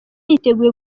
yiteguye